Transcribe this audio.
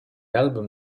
album